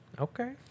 Okay